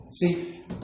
See